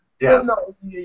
Yes